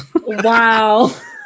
Wow